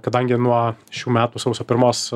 kadangi nuo šių metų sausio pirmos